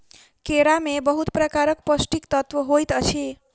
केरा में बहुत प्रकारक पौष्टिक तत्व होइत अछि